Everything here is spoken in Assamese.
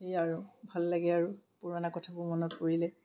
এই আৰু ভাল লাগে আৰু পুৰণা কথাবোৰ মনত পৰিলে